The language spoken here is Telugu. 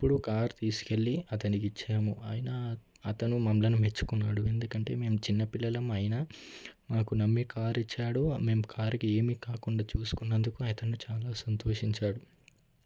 అప్పుడు కారు తీసుకెళ్లి అతనికి ఇచ్చాము ఆయన అతను మమ్మలను మెచ్చుకున్నాడు ఎందుకంటే మేము చిన్నపిల్లలం అయినా మాకు నమ్మి కార్ ఇచ్చాడు మేము కార్కి ఏమి కాకుండా చూసుకున్నందుకు అతను చాలా సంతోషించాడు